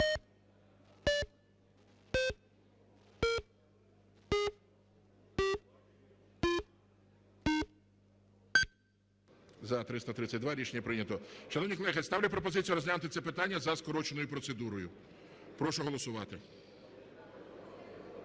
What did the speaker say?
За-332 Рішення прийнято. Шановні колеги, ставлю пропозицію розглянути це питання за скороченою процедурою. Прошу голосувати.